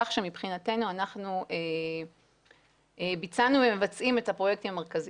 כך שמבחינתנו אנחנו ביצענו ומבצעים את הפרויקטים המרכזיים.